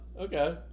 Okay